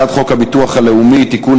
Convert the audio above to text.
הצעת חוק הביטוח הלאומי (תיקון,